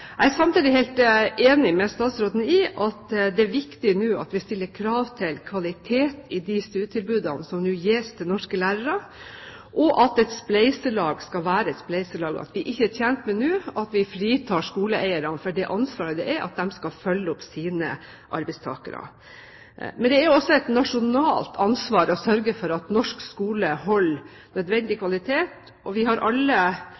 er jeg helt enig med statsråden i at det er viktig nå at vi stiller krav til kvalitet i de studietilbudene som gis til norske lærere, at et spleiselag skal være et spleiselag, og at vi ikke er tjent med at vi fritar skoleeierne for det ansvaret de har for å følge opp sine arbeidstakere. Men det er jo også et nasjonalt ansvar å sørge for at norsk skole holder nødvendig kvalitet. Vi har alle